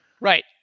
Right